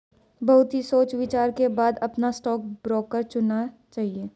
बहुत ही सोच विचार के बाद अपना स्टॉक ब्रोकर चुनना चाहिए